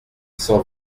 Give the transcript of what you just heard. s’en